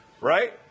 right